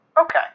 Okay